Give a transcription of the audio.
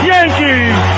Yankees